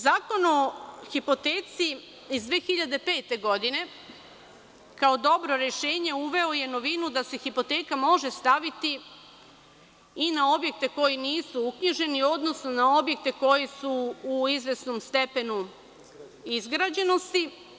Zakon o hipoteci iz 2005. godine, kao dobro rešenje, uveo je novinu da se hipoteka može staviti i na objekte koji nisu uknjiženi, odnosno na objekte koji su u izvesnom stepenu izgrađenosti.